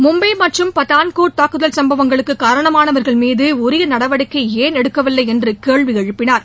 மும்பை மற்றும் பாதான்கோட் தாக்குதல் சம்பவங்களுக்கு காரணமானவர்கள் மீது உரிய நடவடிக்கை ஏன் எடுக்க வில்லை என்று கேள்வி எழுப்பினார்